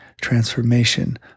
transformation